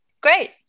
Great